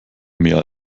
mehr